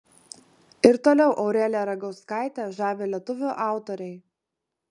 ir toliau aureliją ragauskaitę žavi lietuvių autoriai